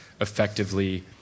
effectively